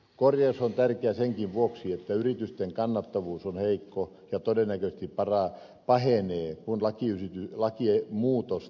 korjaus on tärkeä senkin vuoksi että yritysten kannattavuus on heikko ja todennäköisesti pahenee kun lakimuutos tulee voimaan